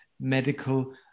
medical